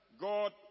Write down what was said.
God